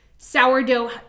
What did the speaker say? sourdough